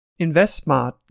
InvestSmart